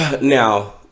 Now